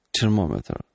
thermometer